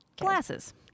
Glasses